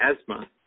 asthma